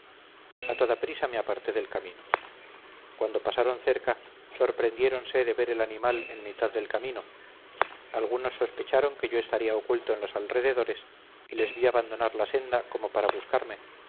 a toda prisa me aparté del camino cuando pasaron cerca sorprendiéronse de ver el animal en mitad del camino algunos sospecharon que yo estaría oculto en los alrededores y les vi abandonar la senda como para buscarme